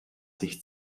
sich